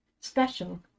special